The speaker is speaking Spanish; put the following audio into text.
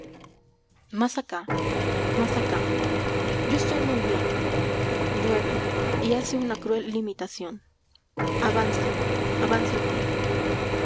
mas acá mas acá yo estoy muy bien llueve y hace una cruel limitación avanza avanza el pie